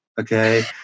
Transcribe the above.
Okay